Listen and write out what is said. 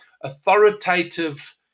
authoritative